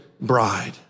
bride